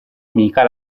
amica